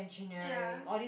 ya